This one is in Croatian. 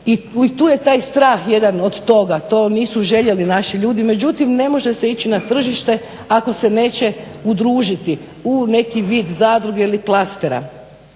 i tu je taj strah jedan od toga. To nisu željeli naši ljudi, međutim ne može se ići na tržište ako se neće udružiti u neki vid zadruge ili klastera.